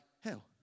hell